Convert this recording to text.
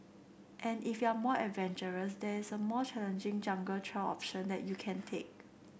and if you're more adventurous there's a more challenging jungle trail option that you can take